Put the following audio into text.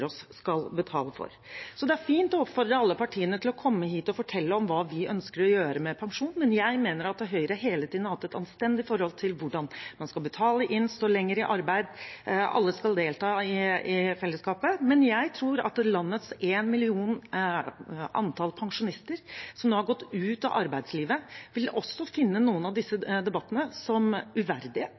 oss skal betale for. Det er fint å oppfordre alle partiene til å komme hit og fortelle om hva de ønsker å gjøre med pensjon, men jeg mener at Høyre hele tiden har hatt et anstendig forhold til hvordan man skal betale inn, stå lenger i arbeid, at alle skal delta i fellesskapet. Jeg tror at landets én million pensjonister som nå har gått ut av arbeidslivet, også vil finne noen av disse debattene uverdige,